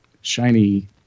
shiny